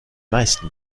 meisten